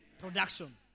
production